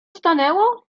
stanęło